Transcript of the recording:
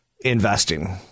investing